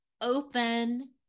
open